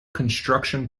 construction